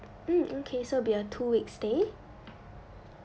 mm okay so it will be a two weeks stay